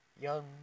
Young